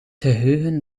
geheugen